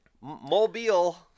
Mobile